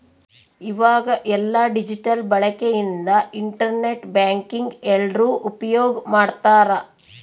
ಈವಾಗ ಎಲ್ಲ ಡಿಜಿಟಲ್ ಬಳಕೆ ಇಂದ ಇಂಟರ್ ನೆಟ್ ಬ್ಯಾಂಕಿಂಗ್ ಎಲ್ರೂ ಉಪ್ಯೋಗ್ ಮಾಡ್ತಾರ